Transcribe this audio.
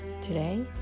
Today